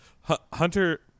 Hunter